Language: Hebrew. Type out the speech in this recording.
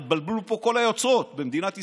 כבר התבלבלו פה כל היוצרות במדינת ישראל.